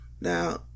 now